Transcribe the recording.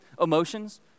emotions